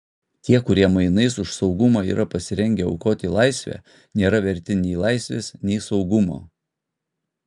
tie kurie mainais už saugumą yra pasirengę aukoti laisvę nėra verti nei laisvės nei saugumo